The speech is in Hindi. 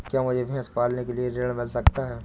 क्या मुझे भैंस पालने के लिए ऋण मिल सकता है?